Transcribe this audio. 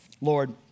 Lord